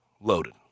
loaded